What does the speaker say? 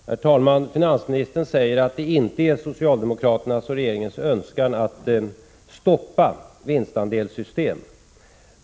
Herr talman! Finansministern säger att det inte är socialdemokraternas och regeringens önskan att stoppa vinstandelssystem.